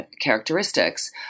characteristics